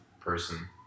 person